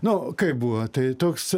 nu kaip buvo tai toks